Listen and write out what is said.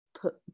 put